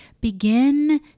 begin